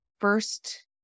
first